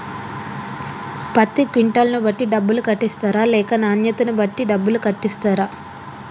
పత్తి క్వింటాల్ ను బట్టి డబ్బులు కట్టిస్తరా లేక నాణ్యతను బట్టి డబ్బులు కట్టిస్తారా?